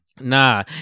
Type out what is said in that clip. Nah